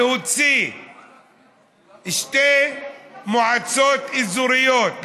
להוציא שתי מועצות אזוריות,